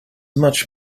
much